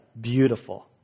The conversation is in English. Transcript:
beautiful